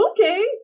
okay